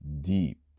deep